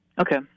Okay